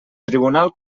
tribunal